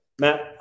Matt